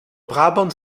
brabant